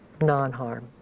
Non-harm